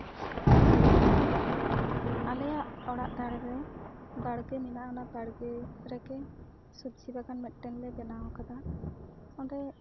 ᱟᱞᱮᱭᱟᱜ ᱚᱲᱟᱜ ᱫᱷᱟᱨᱮ ᱨᱮ ᱵᱟᱲᱜᱮ ᱢᱮᱱᱟᱜᱼᱟ ᱚᱱᱟ ᱵᱟᱲᱜᱮ ᱨᱮᱜᱮ ᱥᱚᱵᱽᱡᱤ ᱵᱟᱜᱟᱱ ᱢᱮᱫᱴᱮᱱ ᱞᱮ ᱵᱮᱱᱷᱟᱣ ᱠᱟᱫᱟ ᱚᱸᱰᱮ